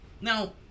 Now